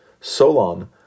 Solon